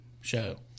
show